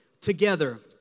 Together